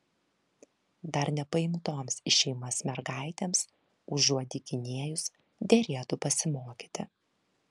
dar nepaimtoms į šeimas mergaitėms užuot dykinėjus derėtų pasimokyti